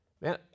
Man